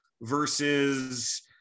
versus